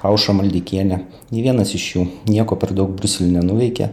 aušrą maldeikienę nei vienas iš jų nieko per daug briuselyje nenuveikė